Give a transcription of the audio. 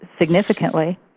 significantly